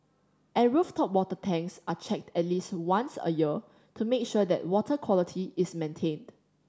and rooftop water tanks are checked at least once a year to make sure that water quality is maintained